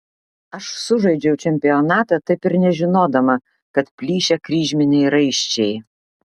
aš sužaidžiau čempionatą taip ir nežinodama kad plyšę kryžminiai raiščiai